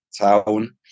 town